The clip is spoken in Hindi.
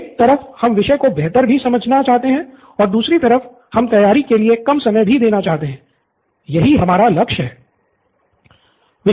एक तरफ हम विषय को बेहतर भी समझना चाहते है और दूसरी तरफ हम तैयारी के लिए कम समय भी देना चाहते हैं यही हमारा लक्ष्य हैं